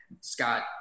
Scott